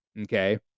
Okay